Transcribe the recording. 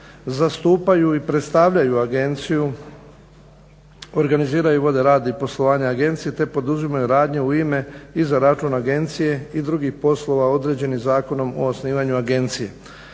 zastupaju i predstavljaju agenciju, organiziraju i vode rad i poslovanje agencije te poduzimaju radnje u ime i za račun agencije i drugih poslova određenih Zakonom o osnivanju agencije,